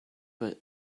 but